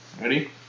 Ready